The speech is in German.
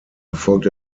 erfolgt